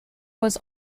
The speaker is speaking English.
was